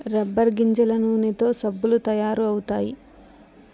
rubber గింజల నూనెతో సబ్బులు తయారు అవుతాయి